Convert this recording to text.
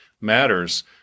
matters